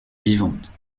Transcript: vivante